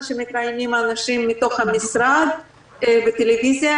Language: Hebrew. שמתראיינים האנשים מתוך המשרד בטלוויזיה,